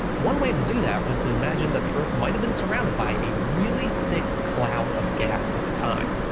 one way to do that was to imagine that the earth might have been surrounded by a really thick cloud of gas at the time.